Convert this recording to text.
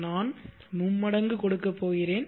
நான் மும்மடங்கு கொடுக்கப் போகிறேன்